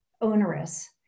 onerous